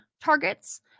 targets